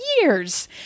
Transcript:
years